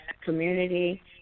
community